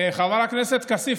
חבר הכנסת כסיף,